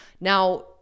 Now